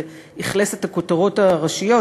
זה אכלס את הכותרות הראשיות,